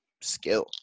skill